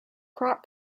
crop